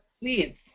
Please